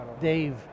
dave